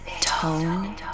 Tone